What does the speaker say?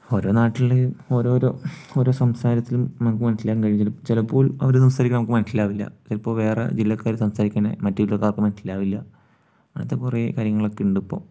ഓരോ നാട്ടിൽ ഓരോരോ ഓരോ സംസാരത്തിലും നമുക്ക് മനസിലാക്കാൻ കഴിയും ചിലപ്പോൾ അവർ സംസാരിക്കണത് നമുക്ക് മനസിലാകില്ല ചിലപ്പോൾ വേറെ ജില്ലക്കാർ സംസാരിക്കുകയാണേൽ മറ്റ് ജില്ലക്കാർക്ക് മനസിലാകില്ല അങ്ങനത്തെ കുറേ കാര്യങ്ങളൊക്കെ ഉണ്ടിപ്പോൾ